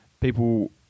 People